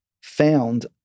found